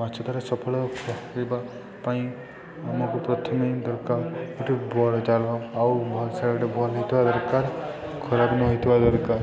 ମାଛଧାରା ସଫଳ କରିବା ପାଇଁ ଆମକୁ ପ୍ରଥମେ ଦରକାର ଗଟେ ବଡ଼ ଜାଲ ଆଉ ଭଲସେ ଗୋଟେ ଭଲ ହୋଇଥିବା ଦରକାର ଖରାପ ନ ହୋଇଥିବା ଦରକାର